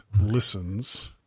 listens